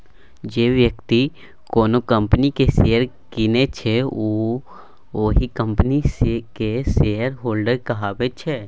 जे बेकती कोनो कंपनीक शेयर केँ कीनय छै ओ ओहि कंपनीक शेयरहोल्डर कहाबै छै